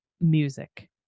Music